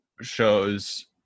shows